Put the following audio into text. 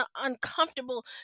uncomfortable